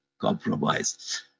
compromise